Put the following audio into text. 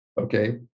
Okay